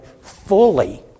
fully